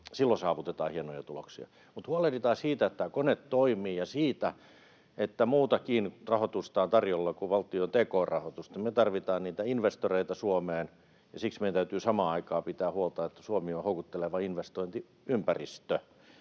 silloin saavutetaan hienoja tuloksia. Mutta huolehditaan siitä, että tämä kone toimii, ja siitä, että on tarjolla muutakin rahoitusta kuin valtion tk-rahoitusta. Me tarvitaan niitä investoreita Suomeen, ja siksi meidän täytyy samaan aikaan pitää huolta, että Suomi on houkutteleva investointiympäristö.